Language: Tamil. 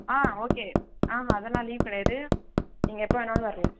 ஆ ஓகே ஆஹ அதெல்லாம் லீவு கிடையாது நீங்கள் எப்போது வேணாலும் வரலாம்